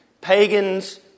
Pagans